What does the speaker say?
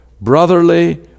Brotherly